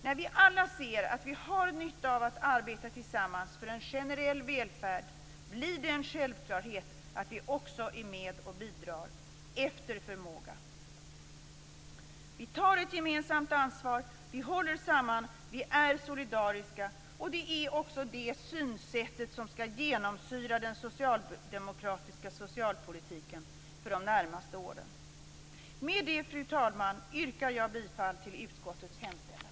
När vi alla ser att vi har nytta av att arbeta tillsammans för en generell välfärd blir det en självklarhet att vi också är med och bidrar efter förmåga. Vi tar ett gemensamt ansvar, vi håller samman, vi är solidariska, och det är också det synsätt som skall genomsyra den socialdemokratiska socialpolitiken för de närmaste åren. Fru talman! Med det anförda yrkar jag bifall till utskottets hemställan.